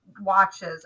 watches